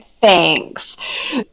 thanks